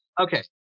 okay